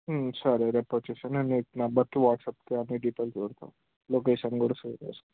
సరే రేపు వచ్చేసేయి నీకు నెంబర్కి వాట్సాప్కి డీటెయిల్స్ అన్నీపెడతాను లొకేషన్ కూడా షేర్ చేస్తాను